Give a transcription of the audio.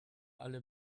alle